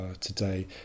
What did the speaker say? today